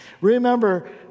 remember